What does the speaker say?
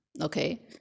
okay